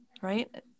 right